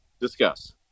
discuss